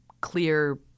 clear